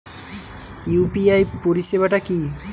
UPI পরিসেবাটা কি?